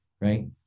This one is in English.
right